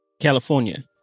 California